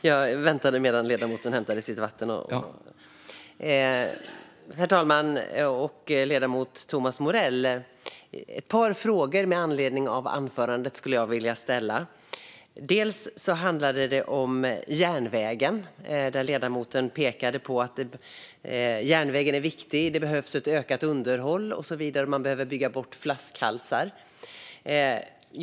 Herr talman! Jag skulle vilja ställa ett par frågor till ledamot Thomas Morell med anledning av anförandet. Ledamoten pekade på att järnvägen är viktig, att det behövs ett ökat underhåll och att man behöver bygga bort flaskhalsar.